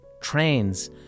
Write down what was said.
trains